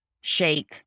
shake